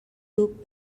duc